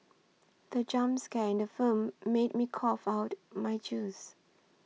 the jump scare in the film made me cough out my juice